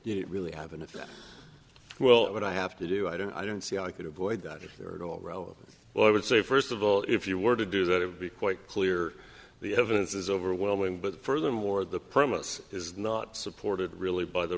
you really have and if well would i have to do i don't i don't see i could avoid that if there were no row well i would say first of all if you were to do that it would be quite clear the evidence is overwhelming but furthermore the promise is not supported really by the